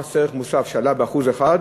מס ערך מוסף שעלה ב-1%,